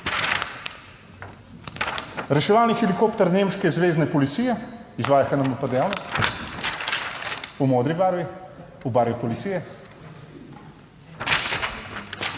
reševalni helikopter nemške zvezne policije, izvaja HNMP dejavnost, v modri barvi, v barvi policije,